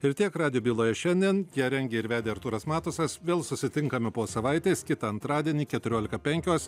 ir tiek radijo byloje šiandien ją rengė ir vedė artūras matusas vėl susitinkame po savaitės kitą antradienį keturiolika penkios